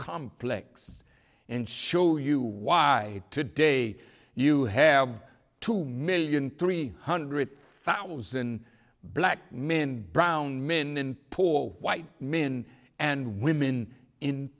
complex and show you why today you have two million three hundred thousand black men brown min poor white men and women in